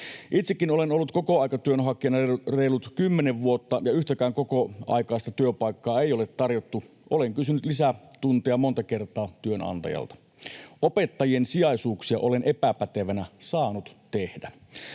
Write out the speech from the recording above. Itsekin olen ollut kokoaikatyön hakijana reilut 10 vuotta, ja yhtäkään kokoaikaista työpaikkaa ei ole tarjottu. Olen kysynyt lisätunteja monta kertaa työnantajalta. Opettajien sijaisuuksia olen epäpätevänä saanut tehdä.